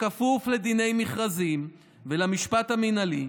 שכפוף לדיני מכרזים ולמשפט המינהלי,